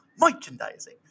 Merchandising